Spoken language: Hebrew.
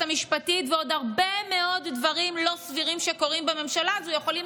המשפטית ועוד הרבה מאוד דברים לא סבירים שקורים בממשלה הזו יכולים